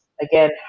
again